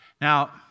Now